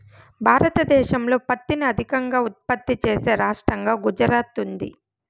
భారతదేశంలో పత్తిని అత్యధికంగా ఉత్పత్తి చేసే రాష్టంగా గుజరాత్ ఉంది